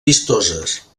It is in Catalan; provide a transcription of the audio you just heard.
vistoses